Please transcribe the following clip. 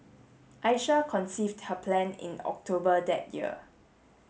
Aisha conceived her plan in October that year